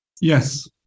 yes